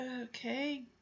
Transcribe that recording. okay